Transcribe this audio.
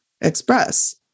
express